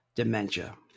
dementia